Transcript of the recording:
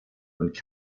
und